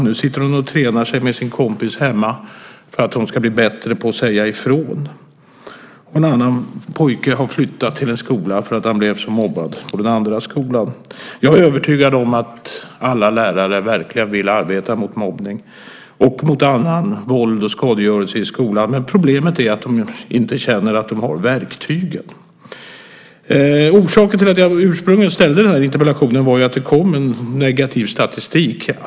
Nu sitter hon och tränar med sin kompis hemma för att hon ska bli bättre på att säga ifrån. En annan pojke har flyttat till en annan skola därför att han blev mobbad på den förra skolan. Jag är övertygad om att alla lärare verkligen vill arbeta mot mobbning och mot annat våld och skadegörelse i skolan. Problemet är att de inte känner att de har verktygen. Orsaken till att jag ursprungligen framställde den här interpellationen var att det kom negativ statistik.